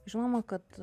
žinoma kad